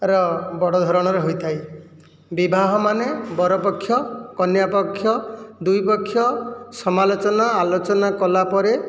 ର ବଡ଼ ଧରଣର ହୋଇଥାଏ ବିବାହ ମାନେ ବରପକ୍ଷ କନ୍ୟାପକ୍ଷ ଦୁଇ ପକ୍ଷ ସମାଲୋଚନା ଆଲୋଚନା କଲା ପରେ